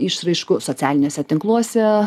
išraiškų socialiniuose tinkluose